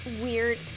weird